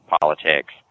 politics